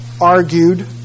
argued